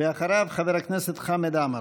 ואחריו, חבר הכנסת חמד עמאר.